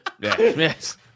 yes